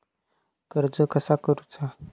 कर्ज कसा करूचा?